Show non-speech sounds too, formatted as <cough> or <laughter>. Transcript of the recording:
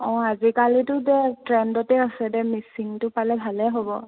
অ' আজিকালিটো <unintelligible> ট্ৰেণ্ডতে আছে দে মিচিংটো পালে ভালে হ'ব